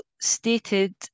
stated